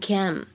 Cam